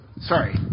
Sorry